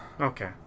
Okay